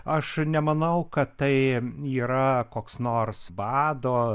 aš nemanau kad tai yra koks nors bado